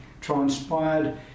transpired